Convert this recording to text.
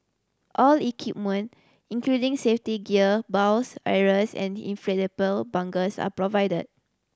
all equipment including safety gear bows arrows and inflatable bunkers are provided